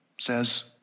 says